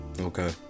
Okay